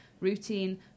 routine